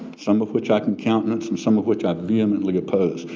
some of which i can countenance and some of which i vehemently oppose.